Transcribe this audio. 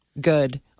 good